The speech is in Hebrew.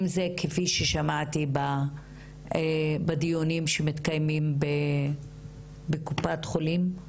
אם זה כפי ששמעתי בדיונים שמתקיימים בקופת חולים,